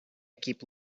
keep